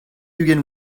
ugent